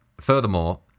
Furthermore